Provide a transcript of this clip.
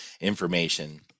information